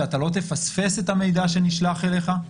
שאתה לא תפספס את המידע שנשלח אליך.